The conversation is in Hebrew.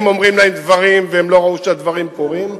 אומרים להם דברים והם לא ראו שהדברים קורים?